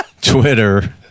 Twitter